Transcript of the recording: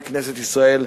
בכנסת ישראל,